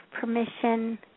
permission